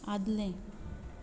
आदलें